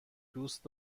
دوست